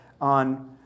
on